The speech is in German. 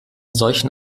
solchen